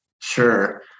Sure